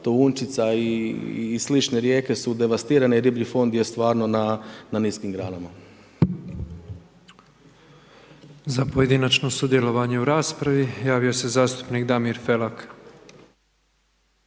Tounjčica i sl. rijeke su devastirane, riblji fond je stvarno na niskim granama. **Petrov, Božo (MOST)** Za pojedinačno sudjelovanje u raspravi javio se zastupnik Damir Felak.